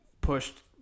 pushed